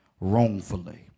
wrongfully